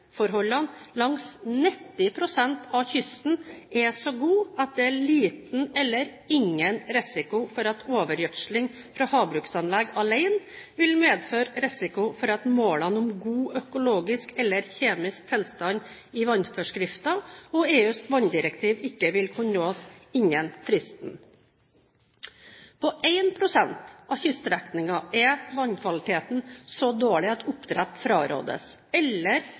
langs 90 pst. av kysten er så gode at det er liten eller ingen risiko for at overgjødsling fra havbruksanlegg alene vil medføre risiko for at målene om god økologisk eller kjemisk tilstand, i henhold til vannforskrifter og EUs vannrammedirektiv, ikke vil kunne nås innen fristen. På 1 pst. av kyststrekningen er vannkvaliteten så dårlig at oppdrett frarådes, eller